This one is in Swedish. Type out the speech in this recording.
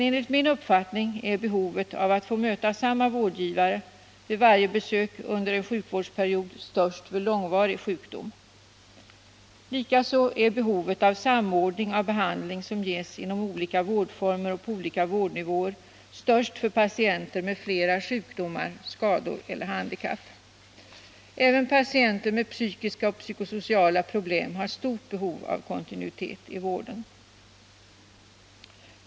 Enligt min uppfattning är emellertid behovet av att få möta samma vårdgivare vid varje besök under en sjukvårdsperiod störst vid långvarig sjukdom. Likaså är behovet av samordning av behandling som ges inom olika vårdformer och på olika vårdnivåer störst för patienter med flera sjukdomar, skador eller handikapp. Även patienter med psykiska och psykosociala problem har stort behov av kontinuitet i vården.